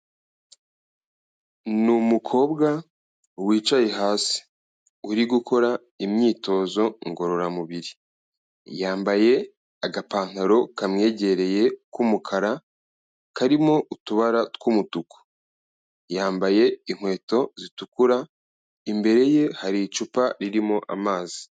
Ni umukobwa wicaye hasi, uri gukora imyitozo ngororamubiri, yambaye agapantaro kamwegereye k'umukara karimo utubara tw'umutuku, yambaye inkweto zitukura, imbere ye hari icupa ririmo amazi.